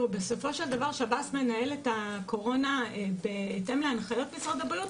בסופו של דבר שב"ס מנהל את הקורונה בהתאם להנחיות משרד הבריאות,